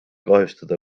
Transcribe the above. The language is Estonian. kahjustada